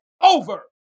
over